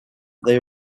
they